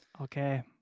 Okay